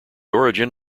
origin